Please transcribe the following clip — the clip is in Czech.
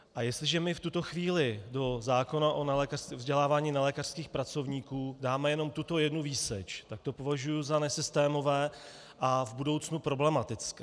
A jestliže my v tuto chvíli do zákona o vzdělávání nelékařských pracovníků dáme jenom tuto jednu výseč, tak to považuji za nesystémové a v budoucnu problematické.